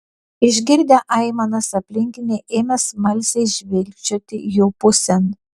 išgirdę aimanas aplinkiniai ėmė smalsiai žvilgčioti jų pusėn